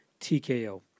TKO